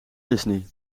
disney